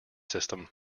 system